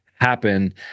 happen